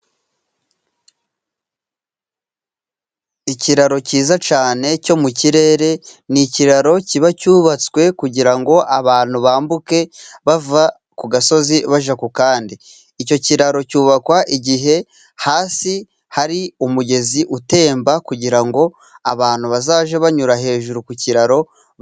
Ikiraro cyiza cyane cyo mu kirere, ni ikiro kiba cyubatswe, kugira ngo abantu bambuke bava ku gasozi bajye ku kandi. icyo kiraro cyubakwa igihe hasi hari umugezi utemba, kugira ngo abantu bazajye banyura hejuru ku kiraro.